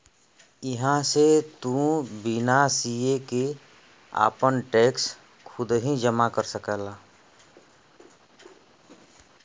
इहां से तू बिना सीए के आपन टैक्स खुदही जमा कर सकला